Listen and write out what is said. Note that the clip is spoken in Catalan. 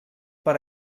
per